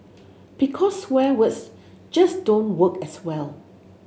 because swear words just don't work as well